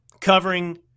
covering